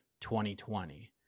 2020